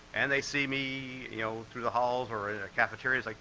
and they see me you know through the halls or in a cafeteria, it's like,